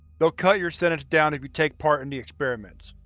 they'll cut your sentence down if you take part in the experiments.